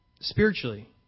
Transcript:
spiritually